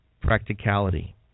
practicality